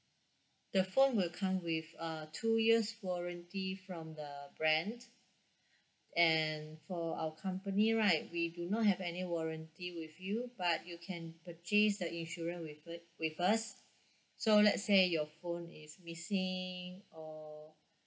the phone will come with uh two years warranty from the brand and for our company right we do not have any warranty with you but you can purchase the insurance with it with us so let's say your phone is missing or